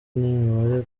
n’imibare